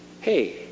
Hey